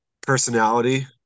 personality